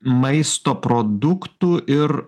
maisto produktų ir